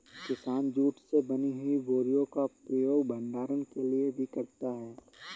किसान जूट से बनी हुई बोरियों का प्रयोग भंडारण के लिए भी करता है